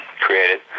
Created